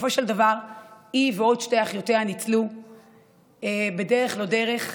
בסופו של דבר היא ועוד שתי אחיותיה ניצלו בדרך לא דרך.